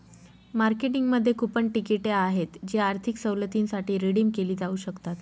मार्केटिंगमध्ये कूपन तिकिटे आहेत जी आर्थिक सवलतींसाठी रिडीम केली जाऊ शकतात